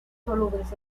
solubles